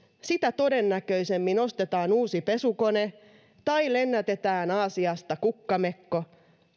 sitä todennäköisemmin ostetaan uusi pesukone tai lennätetään aasiasta kukkamekko